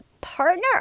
Partner